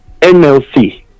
nlc